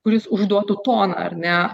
kuris užduotų toną ar ne